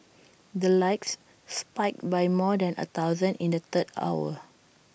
the likes spiked by more than A thousand in the third hour